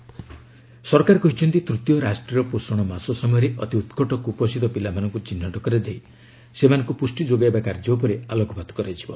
third ରାଷ୍ଟ୍ରୀୟ ପୋଷଣ ମାହ ସରକାର କହିଛନ୍ତି ତୃତୀୟ ରାଷ୍ଟ୍ରୀୟ ପୋଷଣ ମାସ ସମୟରେ ଅତି ଉତ୍କଟ କୁପୋଷିତ ପିଲାମାନଙ୍କୁ ଚିହ୍ନଟ କରାଯାଇ ସେମାନଙ୍କୁ ପୁଷ୍ଟି ଯୋଗାଇବା କାର୍ଯ୍ୟ ଉପରେ ଆଲୋକପାତ କରାଯିବ